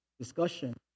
discussion